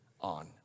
on